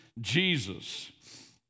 Jesus